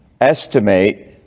estimate